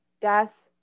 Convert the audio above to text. death